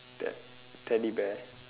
Ted~ Teddy bear